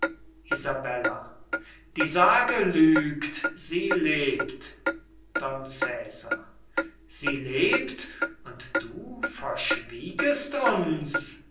die sage lügt sie lebt don cesar sie lebt und du verschwiegest uns